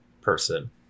person